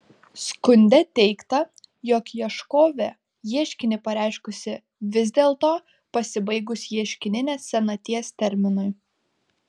skunde teigta jog ieškovė ieškinį pareiškusi vis dėlto pasibaigus ieškininės senaties terminui